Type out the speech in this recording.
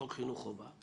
חוק חינוך חובה,